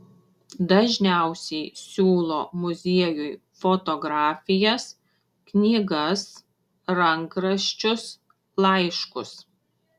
dažniausiai siūlo muziejui fotografijas knygas rankraščius laiškus